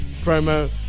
promo